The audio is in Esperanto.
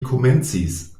komencis